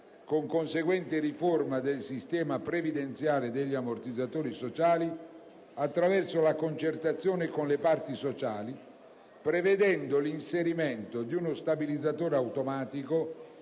con conseguente riforma del sistema previdenziale e degli ammortizzatori sociali, attraverso la concertazione con le parti sociali, prevedendo l'inserimento di uno stabilizzatore automatico